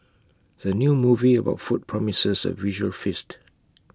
the new movie about food promises A visual feast